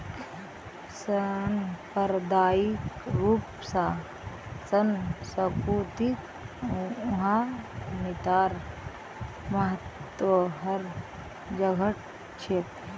सांप्रदायिक रूप स सांस्कृतिक उद्यमितार महत्व हर जघट छेक